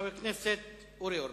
חבר הכנסת אורי אורבך,